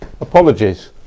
apologies